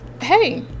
hey